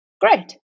great